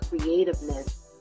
creativeness